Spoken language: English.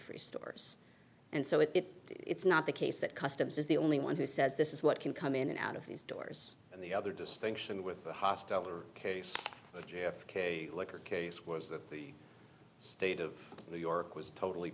free stores and so if it's not the case that customs is the only one who says this is what can come in and out of these doors and the other distinction with a hostile or case of j f k case was that the state of new york was totally